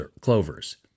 clovers